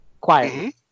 quiet